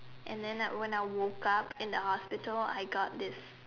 and then I when I woke up in the hospital I got this